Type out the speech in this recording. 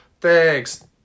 thanks